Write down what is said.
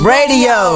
Radio